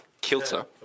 Kilter